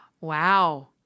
Wow